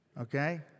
Okay